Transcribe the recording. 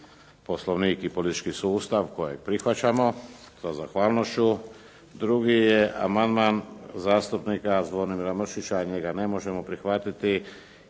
Poslovnik i politički sustav kojeg prihvaćamo sa zahvalnošću. Drugi je amandman zastupnika Zvonimira Mršića, njega ne možemo prihvatiti